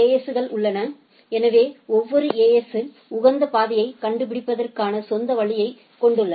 எஸ்கள் உள்ளன எனவே ஒவ்வொரு ஏஎஸ்ஸும் உகந்த பாதையை கண்டுபிடிப்பதற்கான சொந்த வழியைக் கொண்டுள்ளன